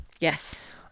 Yes